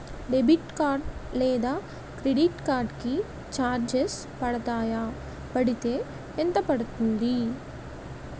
Debit card లేదా credit card కి charges పడతాయా? పడితే ఎంత పడుతుంది?